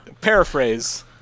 paraphrase